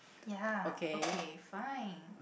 ya okay fine